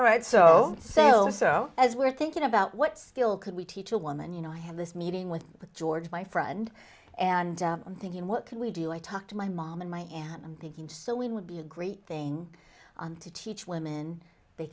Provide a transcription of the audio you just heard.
all right so so so as we're thinking about what still could we teach a woman you know i have this meeting with george my friend and i'm thinking what can we do i talk to my mom and my aunt i'm thinking so it would be a great thing to teach women they